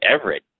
Everett